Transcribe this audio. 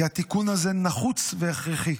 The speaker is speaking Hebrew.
כי התיקון הזה נחוץ והכרחי,